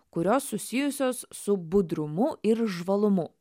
kurios susijusios su budrumu ir žvalumu